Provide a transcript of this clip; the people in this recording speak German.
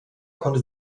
konnte